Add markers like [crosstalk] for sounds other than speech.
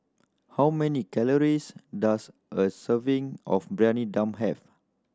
how many calories does a serving of [unintelligible] dum have